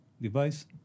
device